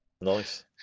Nice